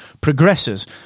progresses